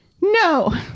No